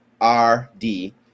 R-D